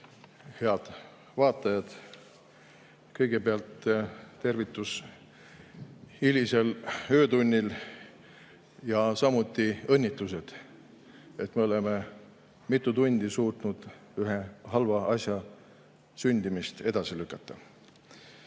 Head vaatajad! Kõigepealt tervitus hilisel öötunnil ja samuti õnnitlused, et me oleme mitu tundi suutnud ühe halva asja sündimist edasi lükata.